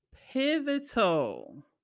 pivotal